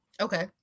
Okay